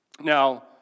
Now